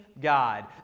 God